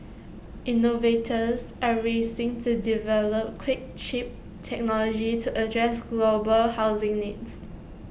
innovators are racing to develop quick cheap technology to address global housing needs